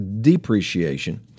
depreciation